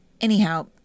Anyhow